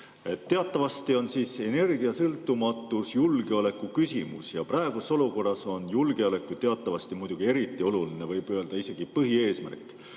Teatavasti on energiasõltumatus julgeolekuküsimus ja praeguses olukorras on julgeolek ju muidugi eriti oluline, võib öelda isegi põhieesmärk.